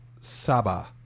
Saba